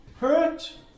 Hurt